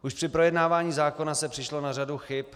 Už při projednávání zákona se přišlo na řadu chyb.